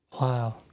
Wow